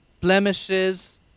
blemishes